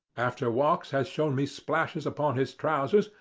after walks has shown me splashes upon his trousers,